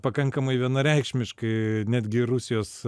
pakankamai vienareikšmiškai netgi rusijos